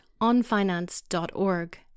onfinance.org